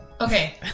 Okay